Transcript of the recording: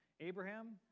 Abraham